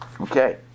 Okay